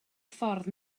ffordd